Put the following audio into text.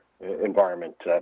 environment